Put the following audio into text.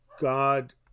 god